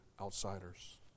outsiders